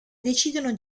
decidono